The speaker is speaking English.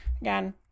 Again